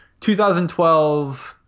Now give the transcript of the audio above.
2012